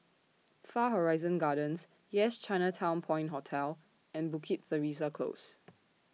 Far Horizon Gardens Yes Chinatown Point Hotel and Bukit Teresa Close